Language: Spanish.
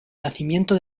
nacimiento